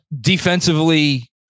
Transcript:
Defensively